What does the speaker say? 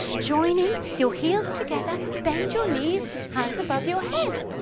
joining your heels together bend your knees hands above your head.